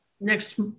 next